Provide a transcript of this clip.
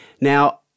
Now